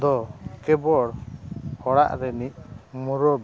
ᱫᱚ ᱛᱩᱵᱩᱣᱟᱹ ᱚᱲᱟᱜ ᱨᱤᱱᱤᱡ ᱢᱩᱨᱚᱵᱤ